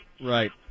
Right